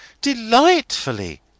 Delightfully